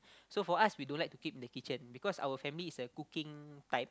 so for us we don't like to keep in the kitchen because our family is the cooking type